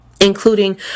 including